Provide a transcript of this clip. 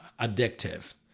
addictive